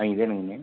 ஆ இதானுங்க